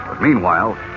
Meanwhile